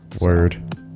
Word